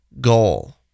goal